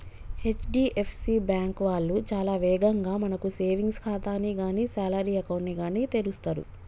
HDFC bank వాళ్ళు చాలా వేగంగా మనకు సేవింగ్స్ ఖాతాని గానీ శాలరీ అకౌంట్ ని గానీ తెరుస్తరు